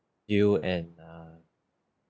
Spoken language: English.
bill and err